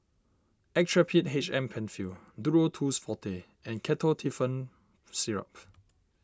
Actrapid H M Penfill Duro Tuss Forte and Ketotifen Syrup